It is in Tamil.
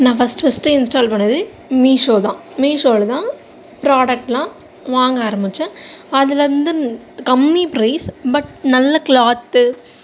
நான் ஃபஸ்ட்டு ஃபஸ்ட்டு இன்ஸ்டால் பண்ணிணது மீஷோ தான் மீஷோவில் தான் ப்ராடக்டெல்லாம் வாங்க ஆரம்பித்தேன் அதிலருந்து கம்மி ப்ரைஸ் பட் நல்ல க்ளாத்து